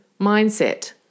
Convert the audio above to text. mindset